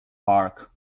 park